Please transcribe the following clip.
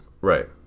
Right